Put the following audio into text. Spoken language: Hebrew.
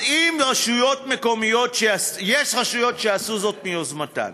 אז רשויות מקומיות, יש רשויות שעשו זאת מיוזמתן,